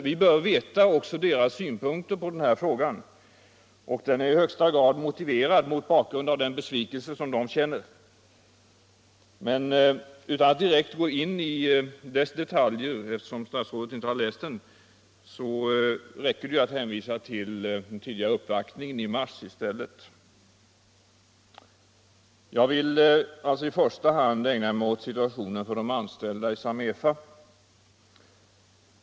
Vi bör känna till också personalens synpunkter på den här frågan, och skrivelsen är i högsta grad motiverad mot bakgrund av den besvikelse som man känner. Utan att gå in i skrivelsens detaljer — eftersom statsrådet inte har läst den — nöjer jag mig i stället med att hänvisa till den tidigare gjorda uppvaktningen i mars månad. Jag vill alltså i första hand ägna mig åt situationen för de anställda i Samefa.